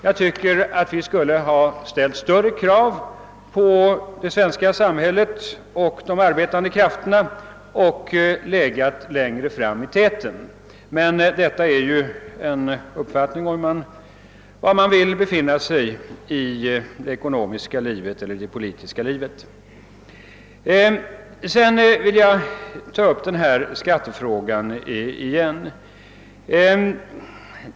Jag tycker att vi skulle ha ställt större krav på det svenska samhället och de arbetande krafterna och legat längre upp. Men detta är en fråga om var man vill befinna sig i det ekonomiska livet eller i det politiska livet. Jag vill ta upp skattefrågan igen.